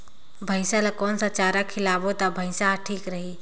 भैसा ला कोन सा चारा खिलाबो ता भैंसा हर ठीक रही?